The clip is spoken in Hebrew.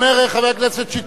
מה שאומר חבר הכנסת שטרית,